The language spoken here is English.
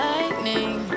Lightning